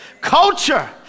Culture